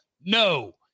no